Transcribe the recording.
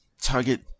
target